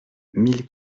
mille